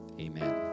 Amen